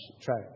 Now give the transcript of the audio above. track